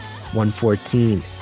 114